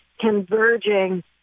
converging